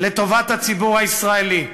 לטובת הציבור הישראלי,